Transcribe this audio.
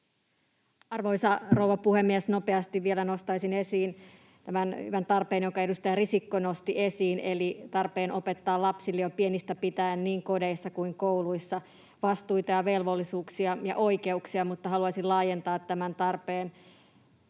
Arvoisa rouva puhemies! Nopeasti vielä nostaisin esiin tämän tarpeen, jonka edustaja Risikko nosti esiin, eli tarpeen opettaa lapsille jo pienestä pitäen niin kodeissa kuin kouluissa vastuita ja velvollisuuksia ja oikeuksia. Mutta haluaisin laajentaa tämän tarpeen